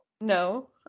No